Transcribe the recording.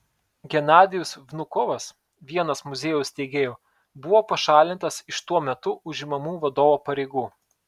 genadijus vnukovas vienas muziejaus steigėjų buvo pašalintas iš tuo metu užimamų vadovo pareigų